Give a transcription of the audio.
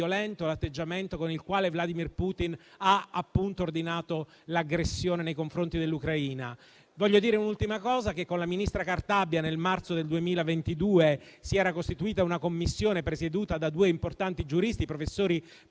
l'atteggiamento con il quale Vladimir Putin ha ordinato l'aggressione nei confronti dell'Ucraina. Con la ministra Cartabia nel marzo del 2022 si era costituita una Commissione, presieduta da due importanti giuristi, i professori